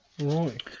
Right